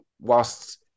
whilst